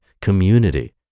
community